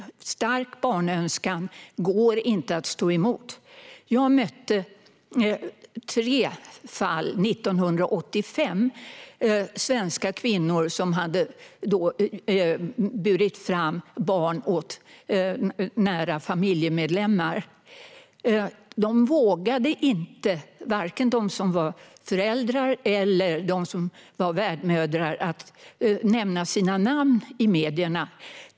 Stark barnönskan går inte att stå emot. Jag mötte tre fall 1985. Det var svenska kvinnor som burit fram barn åt nära familjemedlemmar. Varken de som var föräldrar eller de som var värdmödrar vågade nämna sina namn i medierna.